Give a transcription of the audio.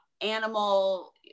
animal